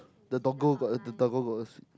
the doggo got the doggo got